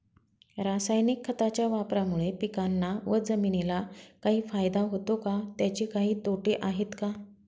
रासायनिक खताच्या वापरामुळे पिकांना व जमिनीला काही फायदा होतो का? त्याचे काही तोटे आहेत का?